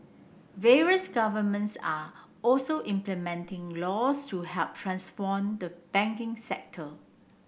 various governments are also implementing laws to help transform the banking sector